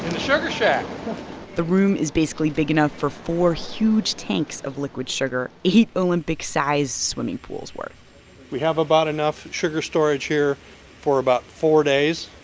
sugar shack the room is basically big enough for four huge tanks of liquid sugar eight olympic-sized swimming pools worth we have about enough sugar storage here for about four days.